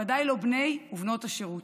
בוודאי לא בני ובנות השירות.